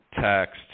text